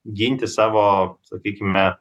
ginti savo sakykime